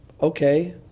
Okay